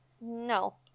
No